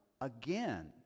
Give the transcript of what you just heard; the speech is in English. again